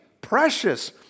precious